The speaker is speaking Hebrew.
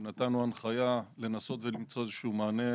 נתנו הנחיה לנסות ולמצוא איזשהו מענה